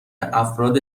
افراد